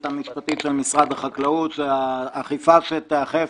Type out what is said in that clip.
המשפטית של משרד החקלאות שהאכיפה שתיאכף,